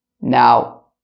Now